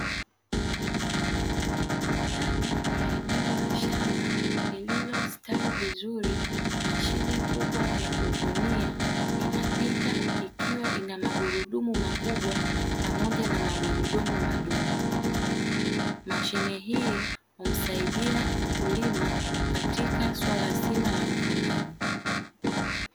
Ndani ya eneo la shamba lililostawi vizuri, mashine kubwa ya kuvunia inapita ikiwa ina magurudumu makubwa pamoja na magurudumu madogo. Mashine hii inamsaidia mkulima katika suala zima la uvunaji.